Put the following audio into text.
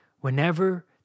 Whenever